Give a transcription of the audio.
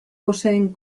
poseen